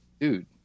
Dude